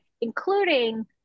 including